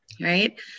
right